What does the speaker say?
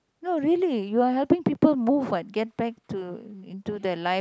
no really you're helping people move what get back to into their life